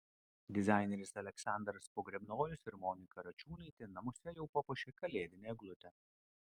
dizaineris aleksandras pogrebnojus ir monika račiūnaitė namuose jau papuošė kalėdinę eglutę